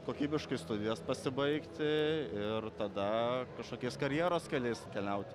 kokybiškai studijas pasibaigti ir tada kažkokiais karjeros keliais keliauti